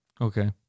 Okay